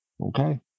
Okay